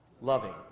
loving